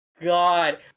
god